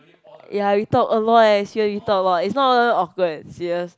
ya we talk a lot eh seriously we talk a lot it's not even awkward serious